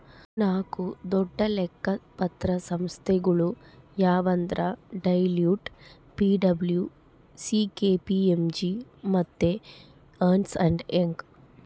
ನಾಕು ದೊಡ್ಡ ಲೆಕ್ಕ ಪತ್ರ ಸಂಸ್ಥೆಗುಳು ಯಾವಂದ್ರ ಡೆಲೋಯ್ಟ್, ಪಿ.ಡಬ್ಲೂ.ಸಿ.ಕೆ.ಪಿ.ಎಮ್.ಜಿ ಮತ್ತೆ ಎರ್ನ್ಸ್ ಅಂಡ್ ಯಂಗ್